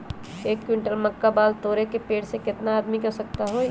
एक क्विंटल मक्का बाल तोरे में पेड़ से केतना आदमी के आवश्कता होई?